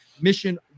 mission